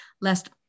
lest